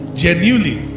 genuinely